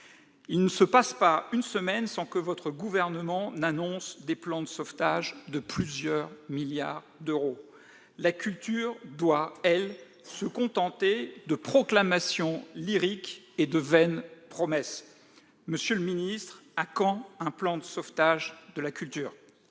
Il ne se passe pas une semaine sans que votre gouvernement n'annonce des plans de sauvetage de plusieurs milliards d'euros. La culture doit, elle, se contenter de proclamations lyriques et de vaines promesses. Monsieur le ministre, à quand un plan de sauvetage de la culture ?